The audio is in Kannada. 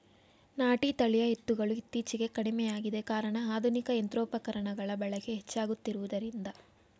ನಾಟಿ ತಳಿಯ ಎತ್ತುಗಳು ಇತ್ತೀಚೆಗೆ ಕಡಿಮೆಯಾಗಿದೆ ಕಾರಣ ಆಧುನಿಕ ಯಂತ್ರೋಪಕರಣಗಳ ಬಳಕೆ ಹೆಚ್ಚಾಗುತ್ತಿರುವುದರಿಂದ